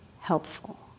helpful